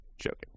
joking